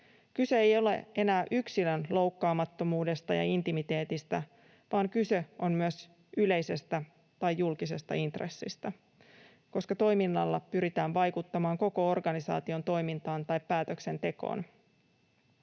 Kyse ei ole enää yksilön loukkaamattomuudesta ja intimiteetistä, vaan kyse on myös yleisestä tai julkisesta intressistä, koska toiminnalla pyritään vaikuttamaan koko organisaation toimintaan tai päätöksentekoon.